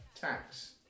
Tax